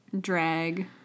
Drag